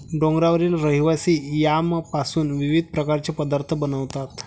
डोंगरावरील रहिवासी यामपासून विविध प्रकारचे पदार्थ बनवतात